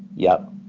yep.